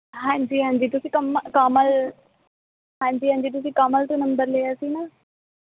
ਹਾਂਜੀ ਹਾਂਜੀ ਤੁਸੀਂ ਕਮ ਕਮਲ ਹਾਂਜੀ ਹਾਂਜੀ ਤੁਸੀਂ ਕਮਲ ਤੋਂ ਨੰਬਰ ਲਿਆ ਸੀ ਨਾ